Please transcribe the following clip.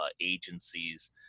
agencies